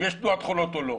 אם יש תנועת חולות או לא.